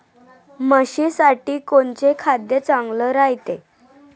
म्हशीसाठी कोनचे खाद्य चांगलं रायते?